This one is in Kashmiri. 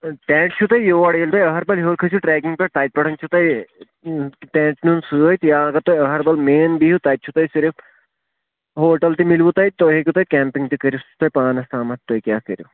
ٹٮ۪نٛٹ چھُو تۄہہِ یور ییٚلہِ تُہۍ أہربل ہیوٚر کھٔسِو ٹرٛیکِنٛگ پٮ۪ٹھ تَتہِ پٮ۪ٹھ چھُو تۄہہِ ٹٮ۪نٛٹ نیُن سۭتۍ یا اگر تۄہہِ أہربل مین بِہِو تَتہِ چھُو تۄہہِ صِرف ہوٹل تہِ مِلوِ تۄہہِ تُہۍ ہیٚکِو تَتہِ کٮ۪مپِنٛگ تہِ کٔرِتھ سُہ چھُو تۄہہِ پانس تامَتھ تُہۍ کیٛاہ کٔرِو